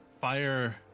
fire